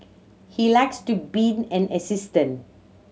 he likes to being an assistant